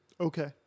Okay